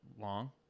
long